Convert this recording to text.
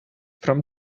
from